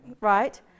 right